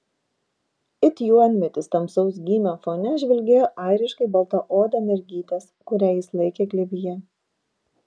it juodmedis tamsaus gymio fone žvilgėjo airiškai balta oda mergytės kurią jis laikė glėbyje